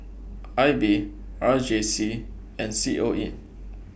I B R J C and C O E